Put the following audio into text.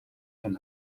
van